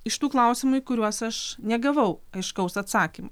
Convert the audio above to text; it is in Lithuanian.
iš tų klausimai kuriuos aš negavau aiškaus atsakymo